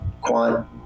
quant